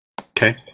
Okay